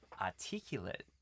articulate